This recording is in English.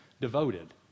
devoted